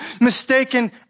mistaken